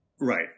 Right